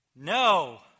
No